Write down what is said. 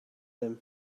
him